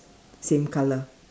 same color